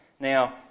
Now